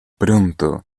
pronto